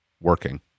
working